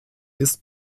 ist